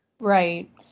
right